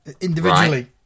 individually